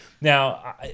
now